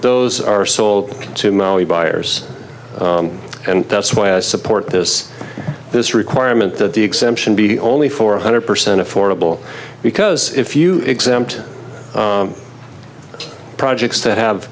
those are sold to maui buyers and that's why i support this this requirement that the exemption be only for one hundred percent affordable because if you exempt projects that have